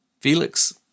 Felix